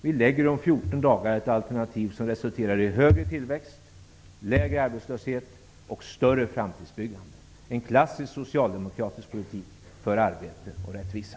Om 14 dagar lägger vi fram ett alternativ som resulterar i högre tillväxt, lägre arbetslöshet och ett större framtidsbyggande -- en klassisk socialdemokratisk politik för arbete och rättvisa.